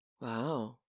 Wow